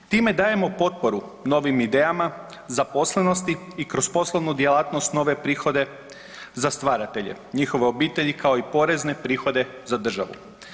Time dajemo potporu novim idejama zaposlenosti i kroz poslovnu djelatnost nove prihode za stvaratelje, njihove obitelji kao i porezne prihode za državu.